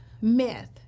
myth